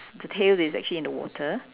the tail is actually in the water